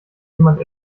jemand